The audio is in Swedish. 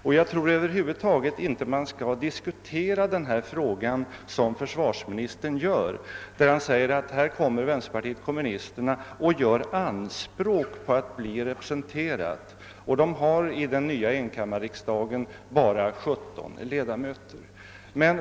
Jag menar att man över huvud taget inte skall diskutera denna fråga på det sätt som försvarsministern gör. Han säger att vänsterpartiet kommunisterna nu kommer och gör anspråk på att bli representerat, trots att det bara har 17 ledamöter i den nya enkammarriksdagen.